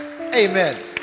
Amen